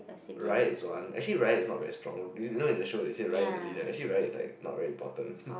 riot is one actually riot is not very strong you know in the show it said riot is the leader actually riot is like not very important